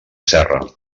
serra